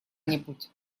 нибудь